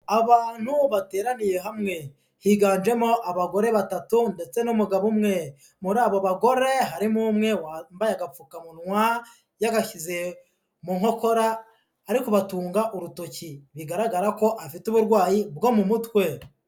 Abantu bateraniye hamwe, higanjemo abagore batatu ndetse n'umugabo umwe, muri abo bagore harimo umwe wambaye agapfukamunwa yagashyize mu nkokora ari kubatunga urutoki bigaragara ko afite uburwayi bwo mu mutwe.